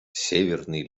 северный